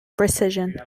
precision